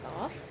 off